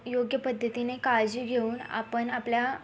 योग्य पद्धतीने काळजी घेऊन आपण आपल्या